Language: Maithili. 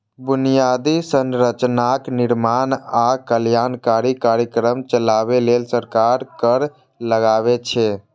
बुनियादी संरचनाक निर्माण आ कल्याणकारी कार्यक्रम चलाबै लेल सरकार कर लगाबै छै